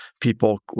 people